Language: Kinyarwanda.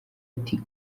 ati